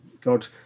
God